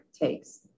takes